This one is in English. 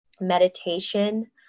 meditation